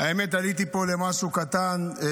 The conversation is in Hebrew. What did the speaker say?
האמת היא שעליתי פה למשהו קטן.